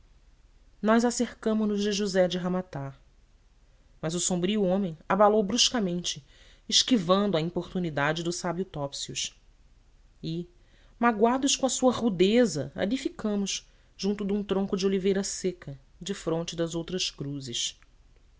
acercamo nos de josé de ramata mas o sombrio homem abalou bruscamente esquivando a importunidade do sábio topsius e magoados com a sua rudeza ali ficamos junto de um tronco de oliveira seca defronte das outras cruzes